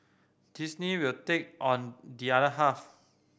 Disney will take on the other half